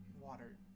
Water